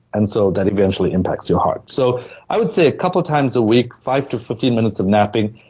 and so that eventually impacts your heart so i would say a couple of times a week, five to fifteen minutes of napping.